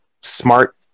smart